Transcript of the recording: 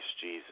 Jesus